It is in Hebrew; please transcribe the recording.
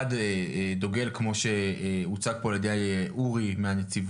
אחד דוגל כמו שהוצג פה על ידי אורי מהנציבות